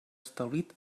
establit